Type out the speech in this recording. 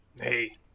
hey